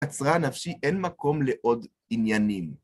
עצרה נפשי אין מקום לעוד עניינים.